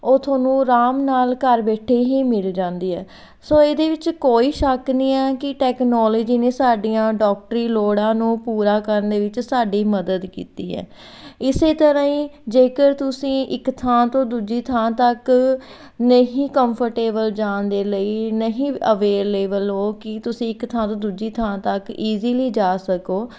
ਉਹ ਤੁਹਾਨੂੰ ਆਰਾਮ ਨਾਲ ਘਰ ਬੈਠੇ ਹੀ ਮਿਲ ਜਾਂਦੀ ਹੈ ਸੋ ਇਹਦੇ ਵਿੱਚ ਕੋਈ ਸ਼ੱਕ ਨਹੀਂ ਹੈ ਕਿ ਟੈਕਨੋਲਜੀ ਨੇ ਸਾਡੀਆਂ ਡਾਕਟਰੀ ਲੋੜਾਂ ਨੂੰ ਪੂਰਾ ਕਰਨ ਦੇ ਵਿੱਚ ਸਾਡੀ ਮਦਦ ਕੀਤੀ ਹੈ ਇਸੇ ਤਰ੍ਹਾਂ ਹੀ ਜੇਕਰ ਤੁਸੀਂ ਇੱਕ ਥਾਂ ਤੋਂ ਦੂਜੀ ਥਾਂ ਤੱਕ ਨਹੀਂ ਕੰਫਰਟੇਬਲ ਜਾਣ ਦੇ ਲਈ ਨਹੀਂ ਅਵੇਲੇਬਲ ਹੋ ਕਿ ਤੁਸੀਂ ਇੱਕ ਥਾਂ ਤੋਂ ਦੂਜੀ ਥਾਂ ਤੱਕ ਈਜ਼ੀਲੀ ਜਾ ਸਕੋ